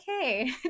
okay